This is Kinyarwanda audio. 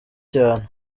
cyane